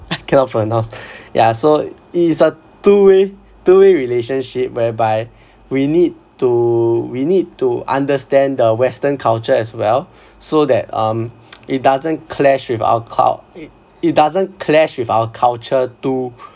I cannot pronounce yeah so it's a two way two way relationship whereby we need to we need to understand the western culture as well so that um it doesn't clash with our cul~ it it doesn't clash with our culture too